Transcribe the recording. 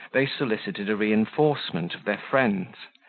they solicited a reinforcement of their friends,